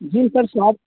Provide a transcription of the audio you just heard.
G sir shop